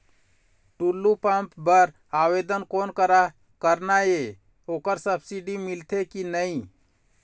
Tullu pump बर आवेदन कोन करा करना ये ओकर सब्सिडी मिलथे की नई?